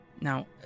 Now